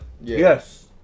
Yes